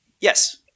Yes